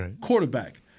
quarterback